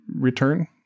return